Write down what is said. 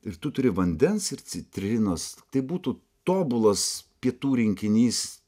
ir tu turi vandens ir citrinos tai būtų tobulas pietų rinkinys